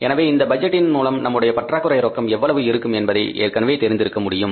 எனவே இந்த பட்ஜெட்டின் மூலம் நம்முடைய பற்றாக்குறை ரொக்கம் எவ்வளவு இருக்கும் என்பதை ஏற்கனவே தெரிந்திருக்க முடியும்